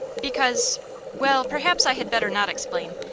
because well, perhaps i had better not explain.